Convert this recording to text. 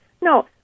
No